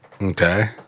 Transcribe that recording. Okay